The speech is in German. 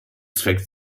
zweck